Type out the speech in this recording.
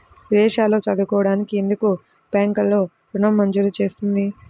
విదేశాల్లో చదువుకోవడానికి ఎందుకు బ్యాంక్లలో ఋణం మంజూరు చేస్తుంది?